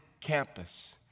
campus